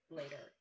later